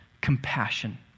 compassion